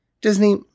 Disney